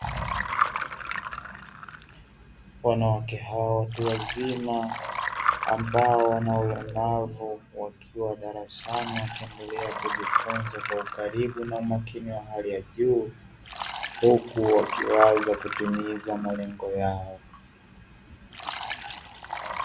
Wanawake hawa watu wazima ambao wana ulemavu, wakiwa darasani wakiendelea kujifunza kwa ukaribu na umakini wa hali ya juu, huku wakiwaza kutimiza malengo yao.